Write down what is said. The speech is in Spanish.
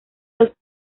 los